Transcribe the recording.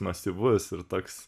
masyvus ir toks